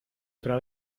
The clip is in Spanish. otra